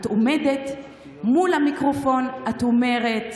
את עומדת מול המיקרופון ואת אומרת: